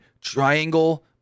triangle